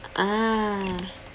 ah